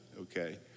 Okay